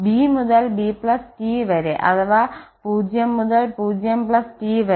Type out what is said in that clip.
b മുതൽ b T വരെ അഥവാ 0 മുതൽ 0 T വരെ